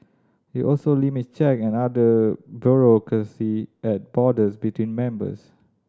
it also limits check and other bureaucracy at borders between members